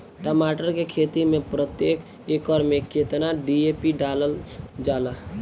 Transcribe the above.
टमाटर के खेती मे प्रतेक एकड़ में केतना डी.ए.पी डालल जाला?